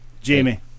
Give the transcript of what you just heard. Jamie